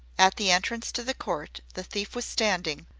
at the entrance to the court the thief was standing,